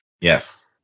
Yes